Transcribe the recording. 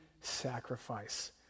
sacrifice